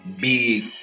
big